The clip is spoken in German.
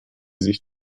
sich